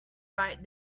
right